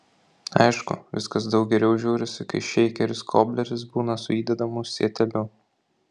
aišku viskas daug geriau žiūrisi kai šeikeris kobleris būna su įdedamu sieteliu